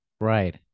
Right